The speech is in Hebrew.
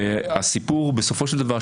הסיפור בסופו של דבר,